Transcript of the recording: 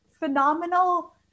phenomenal